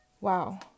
Wow